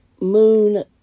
moon